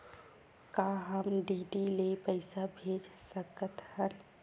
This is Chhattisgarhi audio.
का हम डी.डी ले पईसा भेज सकत हन?